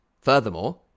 Furthermore